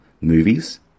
movies